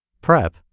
Prep